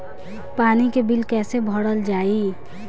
पानी के बिल कैसे भरल जाइ?